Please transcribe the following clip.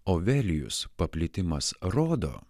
ovelijus paplitimas rodo